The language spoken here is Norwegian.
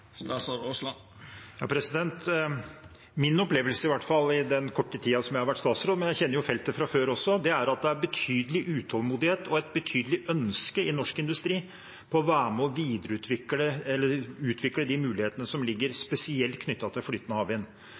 Min opplevelse, i hvert fall i den korte tiden jeg har vært statsråd – men jeg kjenner jo feltet fra før også – er at det er betydelig utålmodighet og et betydelig ønske i norsk industri om å være med på å utvikle de mulighetene som ligger der, spesielt knyttet til flytende havvind.